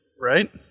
Right